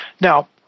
Now